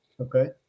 Okay